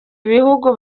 ibihugu